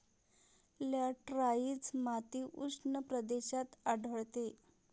laterite माती उष्ण प्रदेशात आढळते